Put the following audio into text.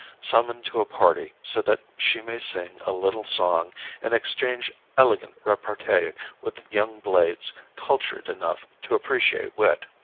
summoned to a party so that she may sing a little song and exchange elegant repartee with young blades cultured enough to appreciate wit.